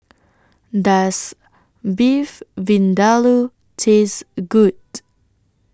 Does Beef Vindaloo Taste A Good